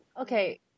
okay